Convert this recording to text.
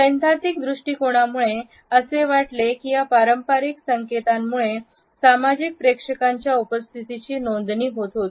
सैद्धांतिक दृष्टिकोनामुळे असे वाटले की या पारंपारिक संकेतांमुळे सामाजिक प्रेक्षकांच्या उपस्थितीची नोंदणी होत होती